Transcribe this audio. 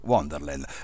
Wonderland